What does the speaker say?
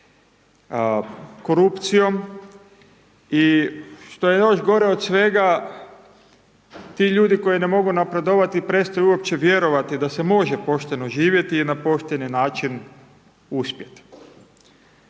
korupcijom. I što je još gore od svega ti ljudi koji ne mogu napredovati prestaju uopće vjerovati da se može pošteno živjeti i na pošteni način uspjeti.